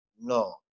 no